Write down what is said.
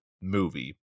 movie